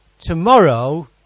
tomorrow